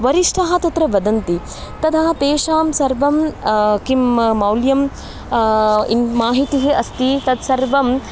वरिष्ठाः तत्र वदन्ति ततः तेषां सर्वं किं मौल्यं इन् माहितिः अस्ति तत्सर्वम्